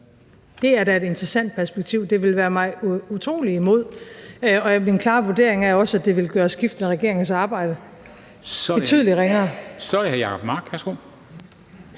Det er da et interessant perspektiv. Det ville være mig utrolig meget imod, og min klare vurdering er også, at det ville gøre skiftende regeringers arbejde betydelig ringere. Kl. 23:49 Formanden